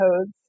codes